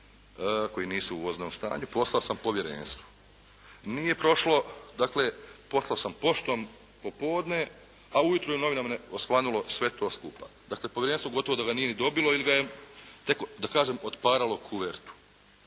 koji nisu u voznom stanju, poslao sam povjerenstvu. Nije prošlo, dakle poslao sam poštom popodne, a ujutro je u novinama osvanulo sve to skupa. Dakle, povjerenstvo gotovo da ga nije ni dobilo ili ga je netko, da kažem otparalo kuvertu.